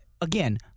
again